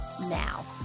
now